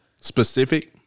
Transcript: specific